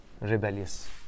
rebellious